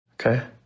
Okay